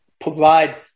provide